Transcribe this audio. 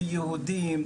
ויהודים,